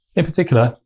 in particular,